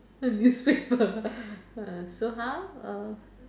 the newspaper uh so how uh